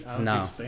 No